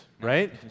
right